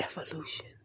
Evolution